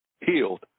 healed